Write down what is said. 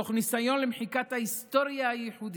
תוך ניסיון למחיקת ההיסטוריה הייחודית,